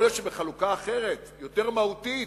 יכול להיות שבחלוקה אחרת, יותר מהותית,